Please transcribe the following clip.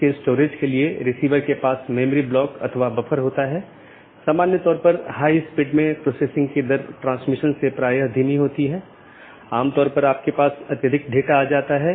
इसका मतलब है कि सभी BGP सक्षम डिवाइस जिन्हें BGP राउटर या BGP डिवाइस भी कहा जाता है एक मानक का पालन करते हैं जो पैकेट को रूट करने की अनुमति देता है